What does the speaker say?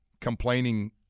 complaining